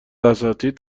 اساتید